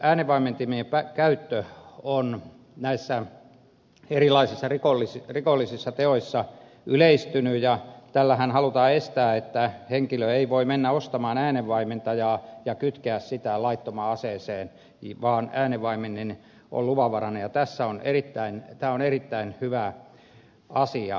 äänenvaimentimien käyttö on näissä erilaisissa rikollisissa teoissa yleistynyt ja tällähän halutaan estää että henkilö ei voi mennä ostamaan äänenvaimentajaa ja kytkeä sitä laittomaan aseeseen vaan äänenvaimennin on luvanvarainen ja tämä on erittäin hyvä asia